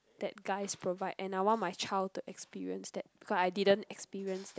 that guys provide and I want my child to experience that because I didn't experience that